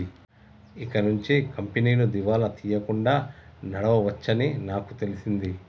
ఇకనుంచి కంపెనీలు దివాలా తీయకుండా నడవవచ్చని నాకు తెలిసింది